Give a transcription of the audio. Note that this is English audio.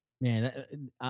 Man